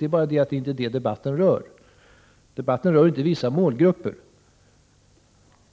Det är bara det att det är inte detta debatten rör. Debatten rör inte vissa målgrupper.